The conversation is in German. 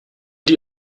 die